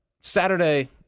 Saturday